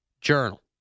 Journal